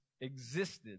existed